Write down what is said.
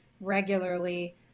regularly